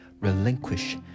relinquish